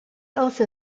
also